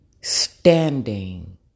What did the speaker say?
standing